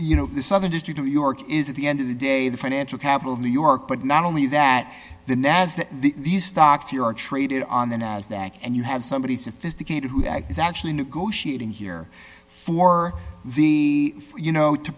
you know the southern district of new york is at the end of the day the financial capital of new york but not only that the nasdaq these stocks here are traded on the nasdaq and you have somebody sophisticated who is actually negotiating here for the you know to